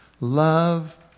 Love